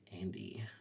Andy